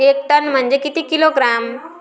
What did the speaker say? एक टन म्हनजे किती किलोग्रॅम?